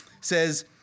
says